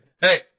Hey